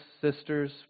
sisters